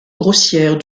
grossière